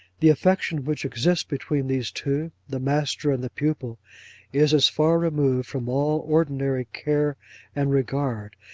the affection which exists between these two the master and the pupil is as far removed from all ordinary care and regard,